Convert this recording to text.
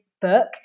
book